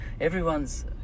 everyone's